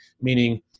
meaning